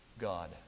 God